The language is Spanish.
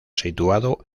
situado